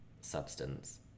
substance